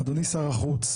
אדוני שר החוץ,